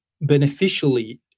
beneficially